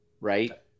right